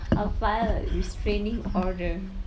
I'll file a restraining order